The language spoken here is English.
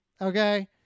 okay